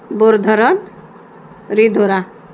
bore धरण रिधोरा